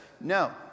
No